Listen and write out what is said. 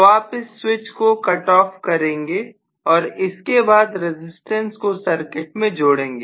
तो आप इस स्विच को कटऑफ करेंगे और इसके बाद रजिस्टेंस को सर्किट में जोड़ेंगे